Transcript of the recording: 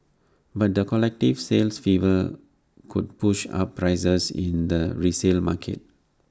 but the collective sales fever could push up prices in the resale market